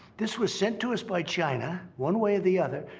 this was sent to us by china, one way or the other,